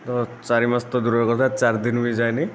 ତ ଚାରିମାସ ତ ଦୂରର କଥା ଚାରିଦିନ ବି ଯାଇନି